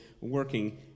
working